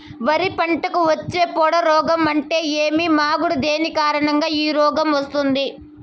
వరి పంటకు వచ్చే పొడ రోగం అంటే ఏమి? మాగుడు దేని కారణంగా ఈ రోగం వస్తుంది?